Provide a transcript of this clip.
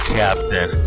captain